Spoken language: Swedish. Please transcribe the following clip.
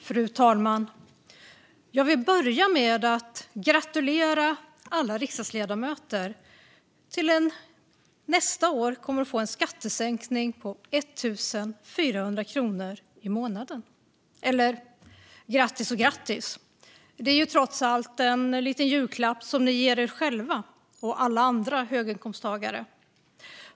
Fru talman! Jag vill börja med att gratulera alla riksdagsledamöter till en skattesänkning på 1 400 kronor i månaden nästa år. Eller grattis och grattis, det är trots allt en liten julklapp som ni ger er själva och alla andra höginkomsttagare.